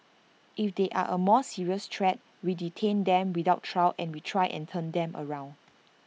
if they are A more serious threat we detain them without trial and we try and turn them around